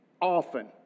often